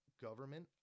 government